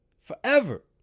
Forever